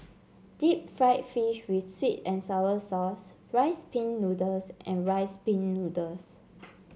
Deep Fried Fish with sweet and sour sauce Rice Pin Noodles and Rice Pin Noodles